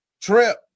trip